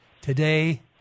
today